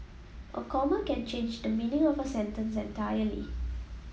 a comma can change the meaning of a sentence entirely